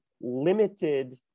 limited